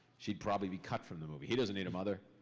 she'd probably be cut from the movie. he doesn't need a mother.